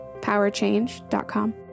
powerchange.com